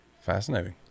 fascinating